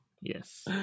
Yes